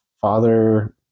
father